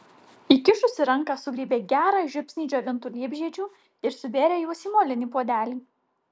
įkišusi ranką sugriebė gerą žiupsnį džiovintų liepžiedžių ir subėrė juos į molinį puodelį